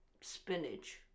Spinach